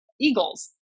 eagles